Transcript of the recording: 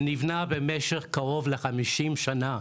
שנבנה במשך קרוב ל- 50 שנה.